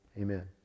Amen